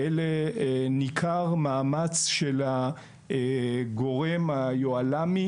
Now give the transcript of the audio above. ניכר מאמץ של הגורם היוהל"מי